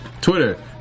Twitter